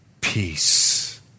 peace